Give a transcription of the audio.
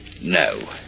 no